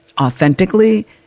authentically